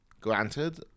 granted